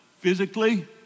physically